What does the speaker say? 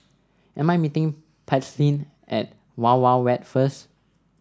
am I meeting Paityn at Wild Wild Wet first